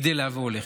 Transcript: גדלה והולכת.